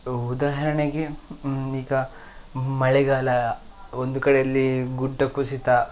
ಉದಾಹರಣೆಗೆ ಈಗ ಮಳೆಗಾಲ ಒಂದು ಕಡೇಲಿ ಗುಡ್ಡ ಕುಸಿತ